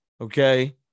Okay